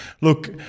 Look